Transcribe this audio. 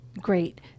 Great